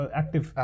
active